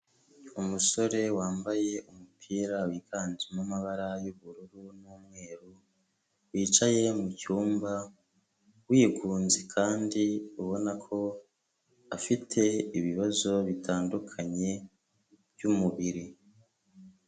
Umusore wambaye umupira wiganjemo amabara y'ubururu n'umweru, wicaye mu cyumba wigunze kandi ubona ko afite ibibazo bitandukanye by'umubiri.